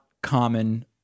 common